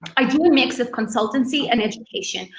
i do a mix of consultancy and education.